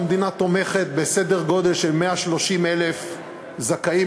המדינה תומכת בסדר גודל של 130,000 זכאים